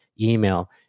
email